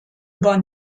über